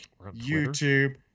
youtube